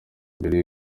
mbere